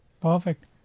Perfect